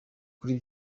kuri